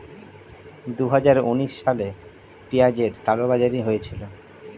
দুহাজার উনিশ সালে পেঁয়াজের কালোবাজারি হয়েছিল